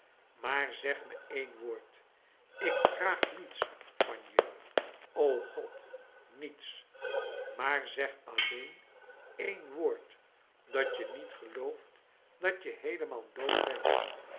maar zeg me één woord ik vraag niets van je o god niets maar zeg alleen één woord dat je niet gelooft dat je heelemaal dood bent